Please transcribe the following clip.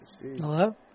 Hello